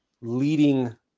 leading